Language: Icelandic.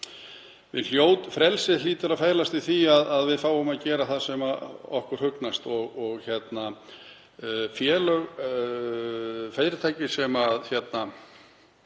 og veru. Frelsið hlýtur að felast í því að við fáum að gera það sem okkur hugnast og fyrirtæki sem